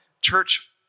church